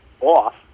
off